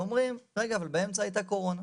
יותר משליש מבית החולים היה מלא במטופלי קורונה.